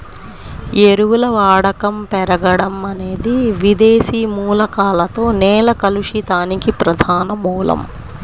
ఎరువుల వాడకం పెరగడం అనేది విదేశీ మూలకాలతో నేల కలుషితానికి ప్రధాన మూలం